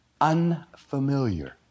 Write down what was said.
unfamiliar